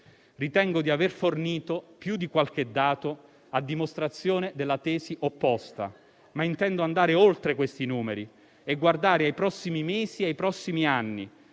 Ritengo di aver fornito più di qualche dato a dimostrazione della tesi opposta. Ma intendo andare oltre questi numeri e guardare ai prossimi mesi e ai prossimi anni,